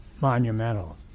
monumental